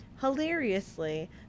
hilariously